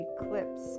eclipse